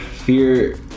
Fear